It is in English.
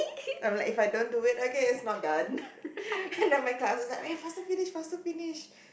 I'm like if I don't do it okay it's not done then my classes faster finish faster finish